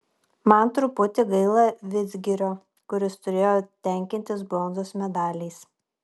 man truputį gaila vidzgirio kuris turėjo tenkintis bronzos medaliais